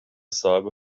صاحب